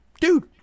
dude